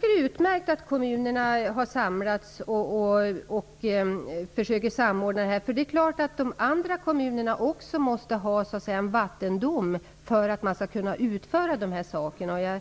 Det är utmärkt att kommunerna har samlats och att de försöker samordna detta. Det är klart att de andra kommunerna också måste ha en s.k. vattendom för att man skall kunna utföra dessa saker. Jag